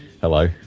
Hello